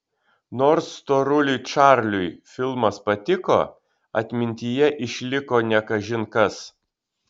nors storuliui čarliui filmas patiko atmintyje išliko ne kažin kas